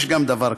יש גם דבר כזה,